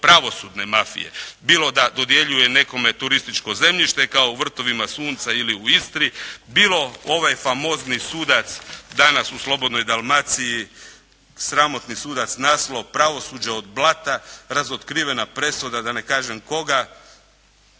pravosudne mafije bilo da dodjeljuje nekome turističko zemljište kao u "Vrtovima sunca" ili u Istri, bilo ovaj famozni sudac danas u Slobodnoj Dalmaciji sramotni sudac, naslov pravosuđe od blata - razotkrivena presuda da ne kažem koga,